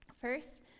First